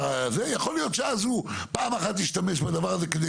יכול להיות שפעם אחת הוא ישתמש בדבר הזה כדי